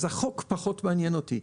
אז החוק פחות מעניין אותי.